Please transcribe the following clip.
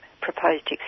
proposed